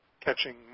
catching